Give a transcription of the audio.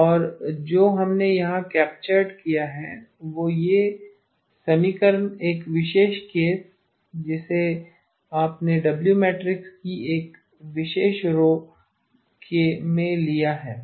और जो हमने यहां कैप्चर्ड किया है वह है यह समीकरण एक विशेष केस जिसे आपने डब्ल्यू मैट्रिक्स की एक विशेष रो में लिया है